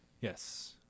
Yes